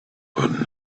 but